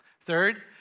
Third